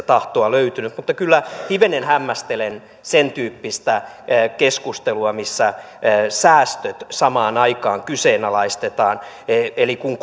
tahtoa löytynyt mutta kyllä hivenen hämmästelen sen tyyppistä keskustelua missä säästöt samaan aikaan kyseenalaistetaan eli kun